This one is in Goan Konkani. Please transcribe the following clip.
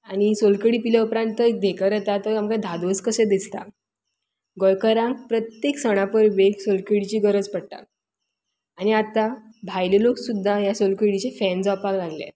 आनी सोलकडी पिल्या उपरांत तर धेंकर येता तो सामको धादोस कशें दिसता गोंयकारांक प्रत्येक सणा परबेक सोलकडीची गरज पडटा आनी आतां भायले लोक सुद्दां ह्या सोलकडीचे फॅन जावपाक लागल्यात